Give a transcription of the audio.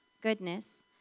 goodness